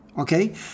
Okay